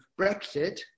Brexit